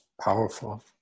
Powerful